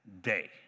day